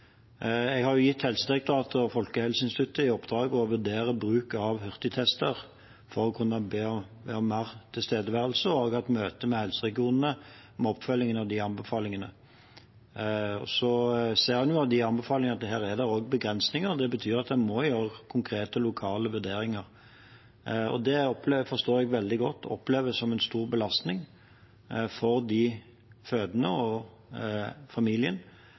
Jeg har gitt Helsedirektoratet og Folkehelseinstituttet i oppdrag å vurdere bruk av hurtigtester for å kunne be om mer tilstedeværelse, og jeg har også hatt møte med helseregionene om oppfølgingen av de anbefalingene. Så ser en jo av de anbefalingene at det også er begrensninger. Det betyr at en må gjøre konkrete, lokale vurderinger. Det forstår jeg veldig godt oppleves som en stor belastning for de fødende og familien.